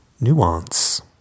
Nuance